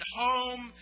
home